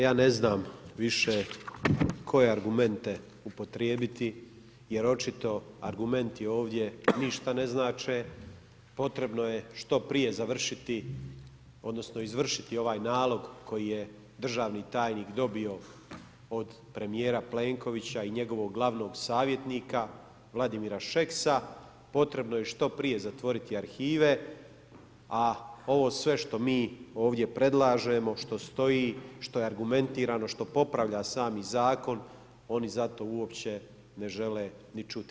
Ja ne znam više koje argumente upotrijebiti jer očito argumenti ovdje ništa ne znače, potrebno je što prije završiti, odnosno izvršiti ovaj nalog koji je državni nalog dobio od premijera Plenkovića i njegovog glavnog savjetnika Vladimira Šeksa, potrebno je što prije zatvoriti arhive, a ovo sve što mi ovdje predlažemo, što stoji, što je argumentirano, što popravlja sami zakon, oni za to uopće ne žele ni čuti.